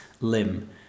limb